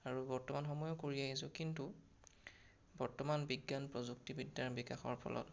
আৰু বৰ্তমান সময়ো কৰি আহিছোঁ কিন্তু বৰ্তমান বিজ্ঞান প্ৰযুক্তিবিদ্যাৰ বিকাশৰ ফলত